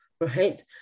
right